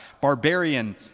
barbarian